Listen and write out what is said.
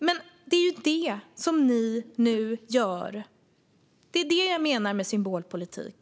Men det är ju det ni nu gör. Det är det jag menar med symbolpolitik.